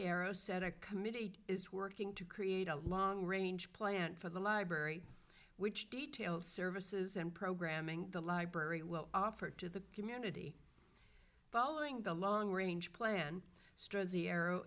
arrow said a committee is working to create a long range plan for the library which detail services and programming the library will offer to the community following the long range plan str